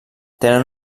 tenen